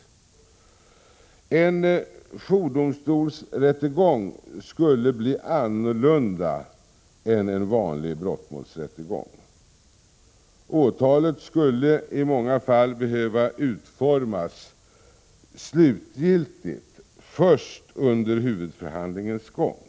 En jourdomstolsrättegång skulle bli annorlunda än en vanlig brottmålsrättegång. Åtalet skulle i många fall behöva utformas slutgiltigt först under huvudförhandlingens gång.